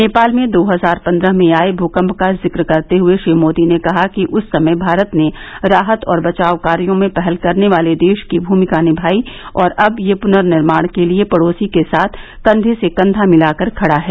नेपाल में दो हजार पन्द्रह में आये भूकंप का जिक्र करते हुए श्री मोदी ने कहा कि उस समय भारत ने राहत और बचाव कार्यों में पहल करने वाले देश की भूमिका निभाई और अब यह पुनर्निर्माण के लिए पड़ोसी के साथ कंधे से कंधा मिलाकर खडा है